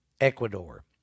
Ecuador